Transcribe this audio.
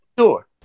Sure